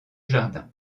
jardin